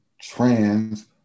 trans